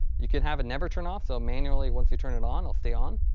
you can have it never turn off so manually once you turn it on it'll stay on